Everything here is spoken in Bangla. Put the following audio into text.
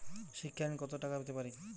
শিক্ষা ঋণ কত টাকা পেতে পারি?